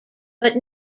but